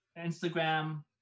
Instagram